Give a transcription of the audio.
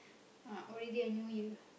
uh already a New Year